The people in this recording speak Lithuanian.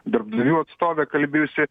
darbdavių atstovė kalbėjusi